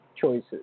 choices